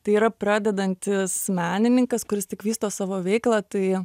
tai yra pradedantis menininkas kuris tik vysto savo veiklą tai